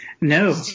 No